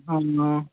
అవునా